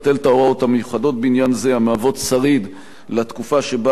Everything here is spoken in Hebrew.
המהוות שריד לתקופה שבה נהגנו לכלול